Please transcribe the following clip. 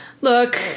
Look